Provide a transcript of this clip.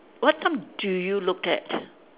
what time do you look at